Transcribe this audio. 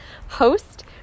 host